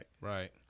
Right